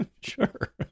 Sure